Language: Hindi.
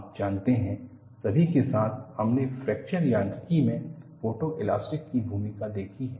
आप जानते हैं सभी के साथ हमने फ्रैक्चर यांत्रिकी में फोटोएलास्टिक की भूमिका देखी है